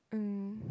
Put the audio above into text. mm